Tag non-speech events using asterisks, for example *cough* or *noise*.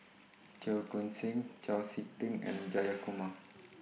Cheong Koon Seng Chau Sik Ting and *noise* Jayakumar